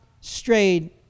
strayed